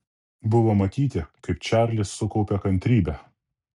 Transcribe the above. buvo matyti kaip čarlis sukaupia kantrybę